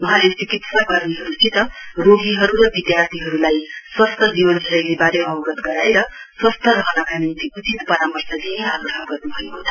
वहाँले चिकित्साकर्मीहरूसित रोगीहरू र विद्यार्थीहरूलाई स्वास्थ्य जीवनशैलीबारे अवगत गराएर स्वस्थ रहनका निम्ति उचित परामर्श दिने आग्रह गर्न् भएको छ